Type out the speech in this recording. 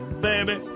baby